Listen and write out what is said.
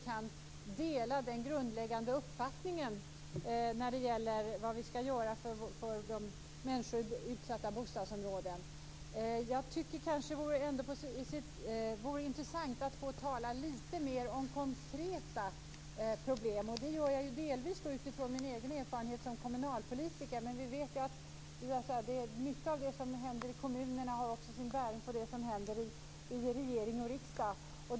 Jag delar den grundläggande uppfattningen när det gäller vad vi skall göra för människor i utsatta bostadsområden. Jag tycker ändå att det vore intressant att få tala lite mer om konkreta problem, och det vill jag göra delvis utifrån min egen erfarenhet som kommunalpolitiker. Mycket av det som händer i kommunerna har också sin bäring på det som händer i regering och riksdag.